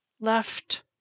Left